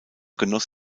genoss